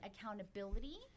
accountability